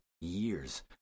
years